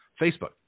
Facebook